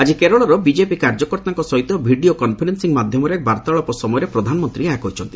ଆଜି କେରଳର ବିଜେପି କାର୍ଯ୍ୟକର୍ତ୍ତାଙ୍କ ସହିତ ଭିଡିଓ କନ୍ଫରେନ୍ଂ ମାଧ୍ୟମରେ ବାର୍ତ୍ତାଳାପ ସମୟରେ ପ୍ରଧାନମନ୍ତ୍ରୀ ଏହା କହିଛନ୍ତି